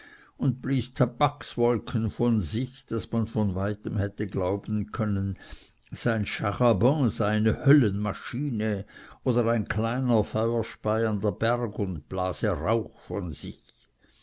und blies tabakswolken von sich daß man von weitem hätte glauben können sein charabanc sei eine höllenmaschine oder ein kleiner feuerspeiender berg und blase rauch von sich